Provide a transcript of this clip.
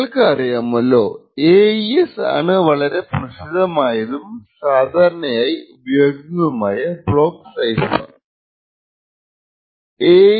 നിങ്ങൾക്ക് അറിയാമല്ലോ AES ആണ് വളരെ പ്രസിദ്ധമായതും സാധാരണയായി ഉപയോഗിക്കുന്നതുമായ ബ്ലോക്ക് സൈഫർ